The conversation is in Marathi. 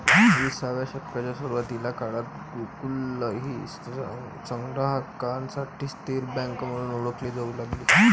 विसाव्या शतकाच्या सुरुवातीच्या काळात गुल्लक ही संग्राहकांसाठी स्थिर बँक म्हणून ओळखली जाऊ लागली